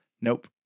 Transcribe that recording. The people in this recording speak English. Nope